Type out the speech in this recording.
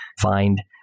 find